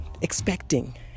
expecting